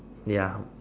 ya